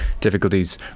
difficulties